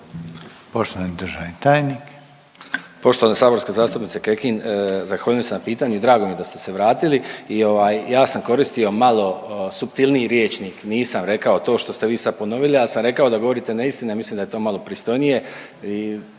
Poštovani državni tajnik.